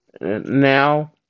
Now